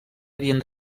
havien